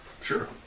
Sure